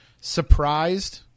surprised